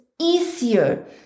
easier